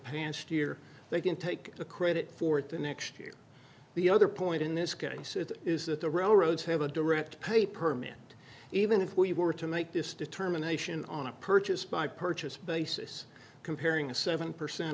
pants year they can take the credit for it the next year the other point in this case is that the railroads have a direct pay permit even if we were to make this determination on a purchase by purchase basis comparing a seven percent